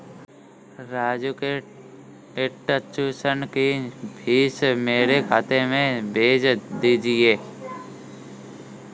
राजू के ट्यूशन की फीस मेरे खाते में भेज दीजिए